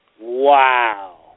Wow